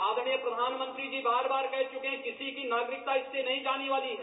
आदरणीय प्रघानमंत्री यह बार बार कह चुके है कि किसी की नागरिकता इससे नहीं जाने वाली है